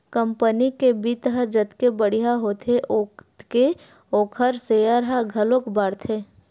company के बित्त ह जतके बड़िहा होथे ओतके ओखर सेयर ह घलोक बाड़थे